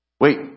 Wait